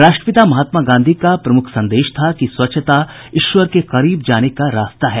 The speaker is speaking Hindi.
राष्ट्रपिता महात्मा गांधी का प्रमुख संदेश था कि स्वच्छता ईश्वर के करीब जाने का रास्ता है